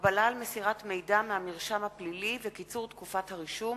(הגבלה על מסירת מידע מהמרשם הפלילי וקיצור תקופת הרישום),